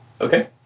Okay